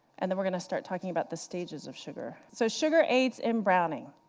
and then we're going to start talking about the stages of sugar. so sugar aids in browning.